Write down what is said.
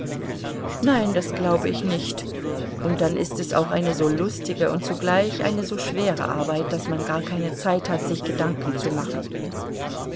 nein das glaube ich nicht und dann ist es auch eine so lustige und zugleich eine so schwere arbeit daß man gar keine zeit hat sich gedanken zu machen